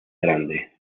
grande